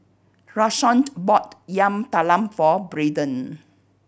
Rashawn bought Yam Talam for Braden